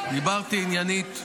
דיברתי עניינית.